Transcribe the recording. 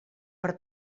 per